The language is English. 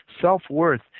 self-worth